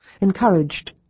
Encouraged